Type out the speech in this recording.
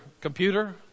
computer